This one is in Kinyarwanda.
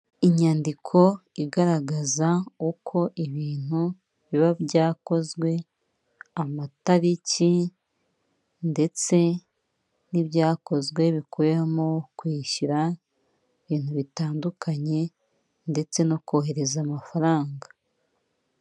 Inyandiko igaragaza uko ibintu biba byakozwe, amatariki ndetse n'ibyakozwe bikubiyemo kwishyura ibintu bitandukanye ndetse no kohereza amafaranga.